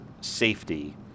safety